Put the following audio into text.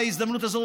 בהזדמנות הזאת,